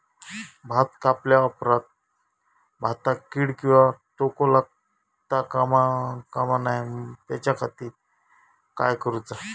भात कापल्या ऑप्रात भाताक कीड किंवा तोको लगता काम नाय त्याच्या खाती काय करुचा?